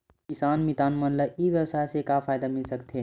किसान मितान मन ला ई व्यवसाय से का फ़ायदा मिल सकथे?